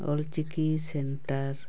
Ol Chiki centre